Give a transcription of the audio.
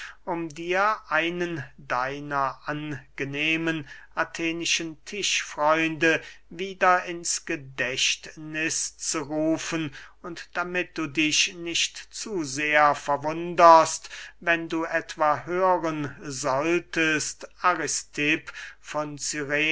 um dir einen deiner angenehmen athenischen tischfreunde wieder ins gedächtniß zu rufen und damit du dich nicht zu sehr verwunderst wenn du etwa hören solltest aristipp von